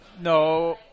No